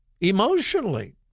emotionally